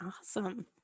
awesome